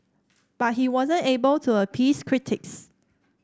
but he wasn't able to appease critics